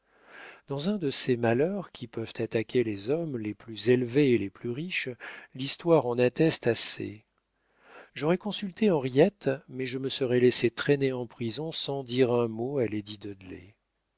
dans un de ces malheurs qui peuvent attaquer les hommes les plus élevés et les plus riches l'histoire en atteste assez j'aurais consulté henriette mais je me serais laissé traîner en prison sans dire un mot